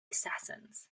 assassins